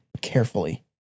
carefully